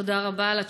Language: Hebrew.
תודה רבה על התשובה,